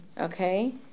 okay